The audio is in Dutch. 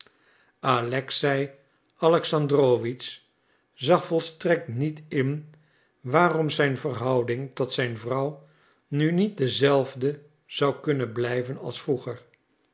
alexei alexandrowitsch zag volstrekt niet in waarom zijn verhouding tot zijn vrouw nu niet dezelfde zou kunnen blijven als vroeger